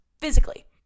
physically